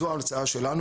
וזו ההצעה שלנו.